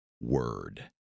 word